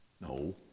No